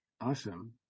Awesome